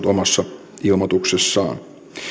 omassa ilmoituksessaan